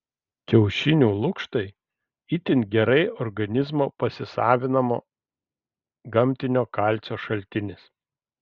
kiaušinių lukštai itin gerai organizmo pasisavinamo gamtinio kalcio šaltinis